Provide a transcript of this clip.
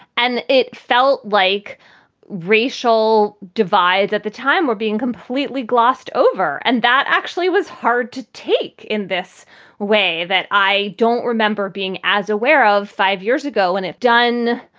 and it felt like racial divides at the time were being completely glossed over. and that actually was hard to take in this way that i don't remember being as aware of five years ago. and if done,